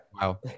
Wow